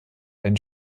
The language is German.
einen